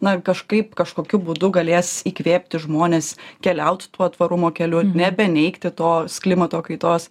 na kažkaip kažkokiu būdu galės įkvėpti žmones keliaut tuo tvarumo keliu nebeneigti tos klimato kaitos